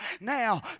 Now